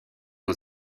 aux